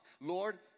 Lord